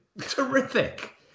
Terrific